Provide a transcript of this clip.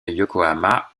yokohama